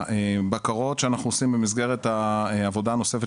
הבקרות שאנחנו עושים במסגרת העבודה הנוספת